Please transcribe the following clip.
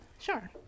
sure